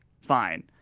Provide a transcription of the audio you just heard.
fine